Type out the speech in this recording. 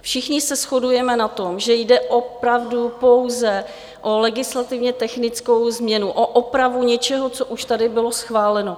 Všichni se shodujeme na tom, že jde opravdu pouze o legislativně technickou změnu, o opravu něčeho, co už tady bylo schváleno.